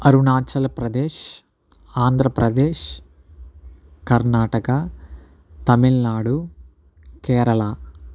Arunachal Pradesh Andhra Pradesh Karnataka Tamil Nadu Kerala